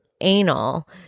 Anal